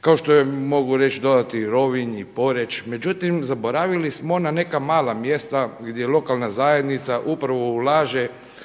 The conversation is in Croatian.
kao što je, mogu reći dodati i Rovinj i Poreč međutim zaboravili smo ona neka mala mjesta gdje lokalna zajednica upravo ulaže